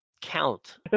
count